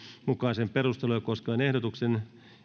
mukaisen perusteluja koskevan ehdotuksen